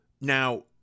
Now